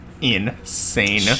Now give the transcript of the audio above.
insane